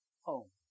home